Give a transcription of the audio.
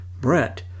Brett